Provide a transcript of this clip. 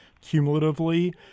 cumulatively